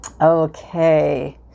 okay